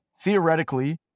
theoretically